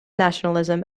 nationalism